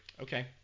Okay